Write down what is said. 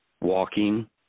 walking